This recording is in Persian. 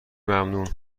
ممنون